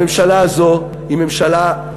הממשלה הזאת היא ממשלה,